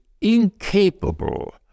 incapable